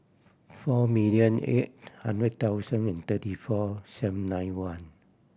four million eight hundred thousand and thirty four seven nine one